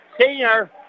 senior